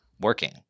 working